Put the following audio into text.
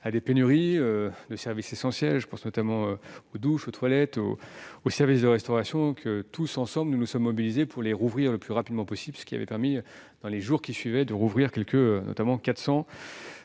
à des pénuries de services essentiels- je pense notamment aux douches, aux toilettes, aux services de restauration -et, tous ensemble, nous nous sommes mobilisés pour les rouvrir le plus rapidement possible. Cela avait permis la réouverture, au cours des jours suivants,